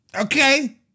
Okay